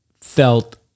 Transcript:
felt